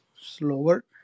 slower